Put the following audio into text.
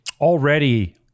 already